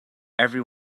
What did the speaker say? every